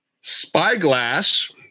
spyglass